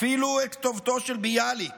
אפילו את כתובתו של ביאליק